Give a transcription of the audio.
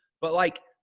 but like,